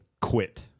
quit